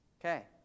Okay